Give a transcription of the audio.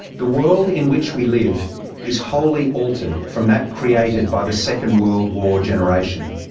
the world in which we live is wholly altered from that created by the second world war generation.